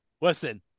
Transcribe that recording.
Listen